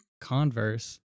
converse